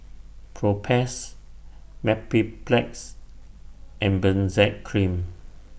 Propass Mepilex and Benzac Cream